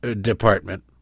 Department